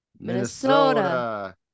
Minnesota